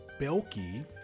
belky